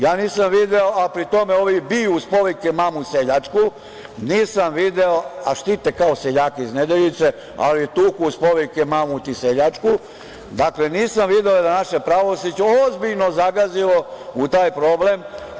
Ja nisam video, a pri tome ovi biju uz povike mamu seljačku, a štite kao seljaka iz Nedeljice, ali tuku uz povike mamu ti seljačku, dakle, nisam video da je naše pravosuđe ozbiljno zagazilo u taj problem.